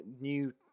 new